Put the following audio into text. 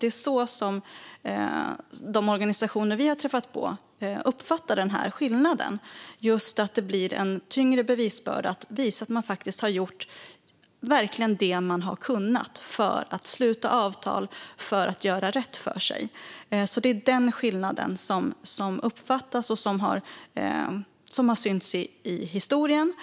Det är så de organisationer som vi har träffat uppfattar denna skillnad, alltså att det blir en tyngre bevisbörda att visa att de faktiskt verkligen har gjort det som de har kunnat för att sluta avtal för att göra rätt för sig. Det är denna skillnad som uppfattas och som har synts i historien